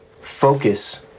focus